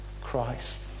Christ